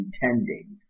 intending